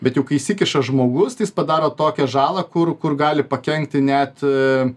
bet jau kai įsikiša žmogus tai jis padaro tokią žalą kur kur gali pakenkti net